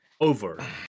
Over